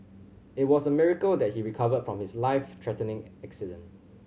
it was a miracle that he recovered from his life threatening accident